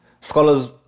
Scholars